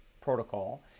protocol